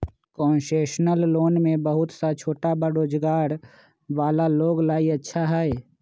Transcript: concessional loan में बहुत सा छोटा रोजगार वाला लोग ला ई अच्छा हई